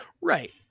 right